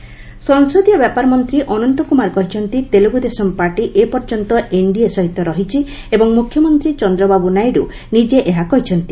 ଅନନ୍ତ କୁମାର ସଂସଦୀୟ ବ୍ୟାପାର ମନ୍ତ୍ରୀ ଅନନ୍ତ କୁମାର କହିଛନ୍ତି ତେଲୁଗୁଦେଶମ୍ ପାର୍ଟି ଏପର୍ଯ୍ୟନ୍ତ ଏନ୍ଡିଏ ସହିତ ରହିଛି ଏବଂ ମୁଖ୍ୟମନ୍ତ୍ରୀ ଚନ୍ଦ୍ରବାବୃ ନାଇଡ଼ ନିଜେ ଏହା କହିଛନ୍ତି